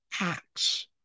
acts